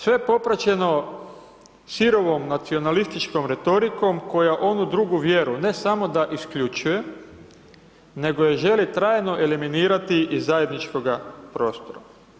Sve je popraćeno sirovom nacionalističkom retorikom koja onu drugu vjeru ne samo da isključuje, nego je želi trajno eliminirati iz zajedničkoga prostora.